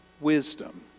wisdom